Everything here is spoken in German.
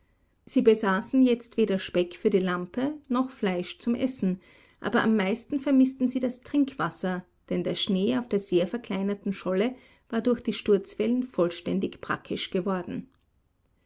sie besaßen jetzt weder speck für die lampe noch fleisch zum essen aber am meisten vermißten sie das trinkwasser denn der schnee auf der sehr verkleinerten scholle war durch die sturzwellen vollständig brackisch geworden